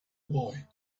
boy